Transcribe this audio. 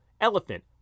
elephant